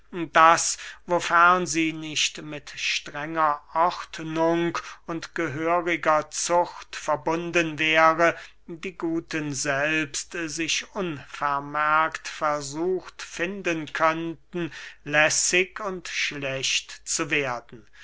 daß wofern sie nicht mit strenger ordnung und gehöriger zucht verbunden wäre die guten selbst sich unvermerkt versucht finden könnten lässig und schlecht zu werden